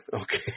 okay